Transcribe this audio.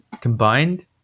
combined